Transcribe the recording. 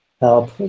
help